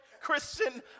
Christian